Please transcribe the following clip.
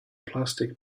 plastic